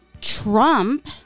Trump